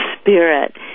spirit